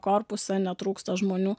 korpuse netrūksta žmonių